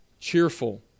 cheerful